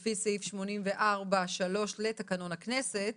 לפי סעיף 84ד לתקנון הכנסת,